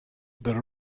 the